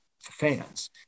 fans